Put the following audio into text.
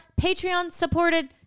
Patreon-supported